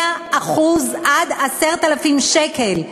100% עד 10,000 שקל.